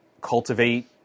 cultivate